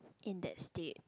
in that state